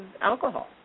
alcohol